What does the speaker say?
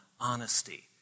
honesty